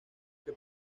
que